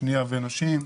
שנייה ונשים,